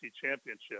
championship